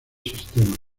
sistema